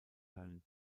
seinen